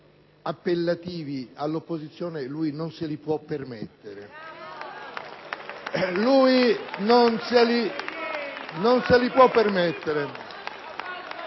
rivolti all'opposizione lui non se li può permettere!